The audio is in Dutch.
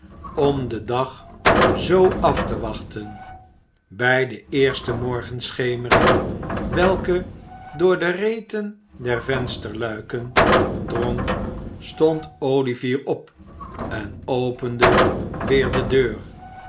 om den dag zoo af te wachten bij de eerste morgenschemering welke door de reten der vensterluiken drong stond olivier op en opende weer de deur